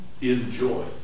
Enjoy